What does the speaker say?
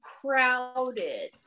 crowded